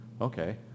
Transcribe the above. okay